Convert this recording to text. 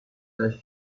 gleich